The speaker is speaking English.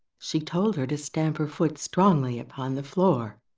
she told her to stamp her foot strongly upon the floor,